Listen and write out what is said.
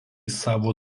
savo